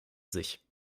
sich